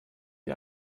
die